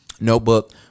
Notebook